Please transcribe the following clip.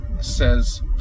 says